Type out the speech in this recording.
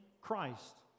Christ